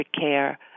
care